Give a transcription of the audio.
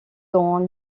dans